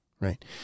Right